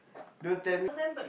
don't tell me